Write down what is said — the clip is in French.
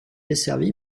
desservi